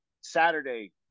Saturday –